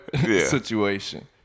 Situation